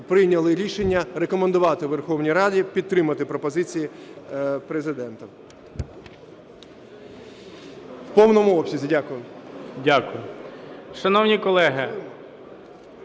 прийняли рішення рекомендувати Верховній Раді підтримати пропозиції Президента в повному обсязі. Дякую. ГОЛОВУЮЧИЙ. Дякую. Шановні колеги,